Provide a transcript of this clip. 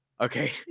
Okay